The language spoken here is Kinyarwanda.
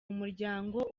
umuryango